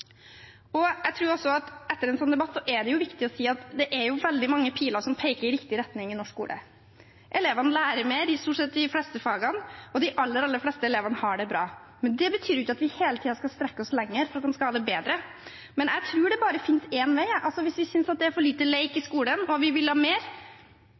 Jeg tror også at etter en slik debatt er det viktig å si at det er veldig mange piler som peker i riktig retning i norsk skole. Elevene lærer mer, stort sett, i de fleste fagene, og de aller, aller fleste elevene har det bra. Det betyr ikke at vi ikke hele tiden skal strekke oss lenger for at de skal ha det bedre, men jeg tror det bare finnes én vei hvis vi synes det er for lite lek i skolen og vil ha mer: